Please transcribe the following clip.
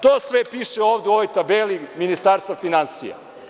To sve ovde piše u ovoj tabeli Ministarstva finansija.